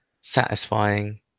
satisfying